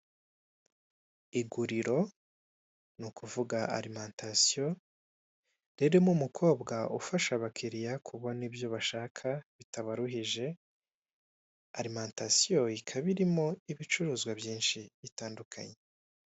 Iguriro, ni ukuvuga alimantasiyo, ririmo umukobwa ufasha abakiriya kubona ibyo bashaka bitabaruhije, alimantasiyo ikaba irimo ibicuruzwa byinshi bitandukanye.